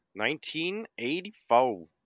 1984